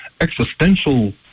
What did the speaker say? existential